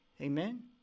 Amen